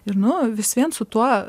ir nu vis vien su tuo